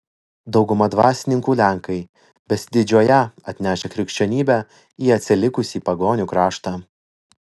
dauguma dvasininkų lenkai besididžiuoją atnešę krikščionybę į atsilikusį pagonių kraštą